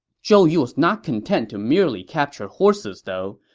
zhou yu was not content to merely capture horses though.